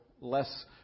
less